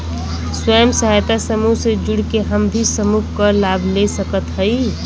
स्वयं सहायता समूह से जुड़ के हम भी समूह क लाभ ले सकत हई?